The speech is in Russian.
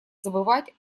забывать